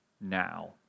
now